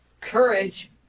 courage